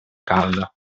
calda